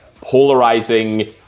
polarizing